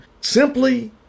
simply